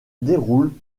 déroulent